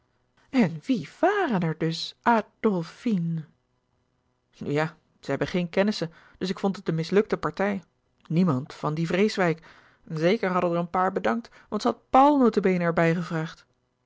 en wie waren er dus adlfine nu ja ze hebben geen kennissen dus ik vond het een mislukte partij niemand van dien vreeswijck en zeker hadden er een paar bedankt want ze had paul nota bene er bij gevraagd